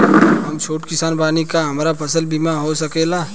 हम छोट किसान बानी का हमरा फसल बीमा हो सकेला?